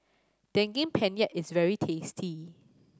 Daging Penyet is very tasty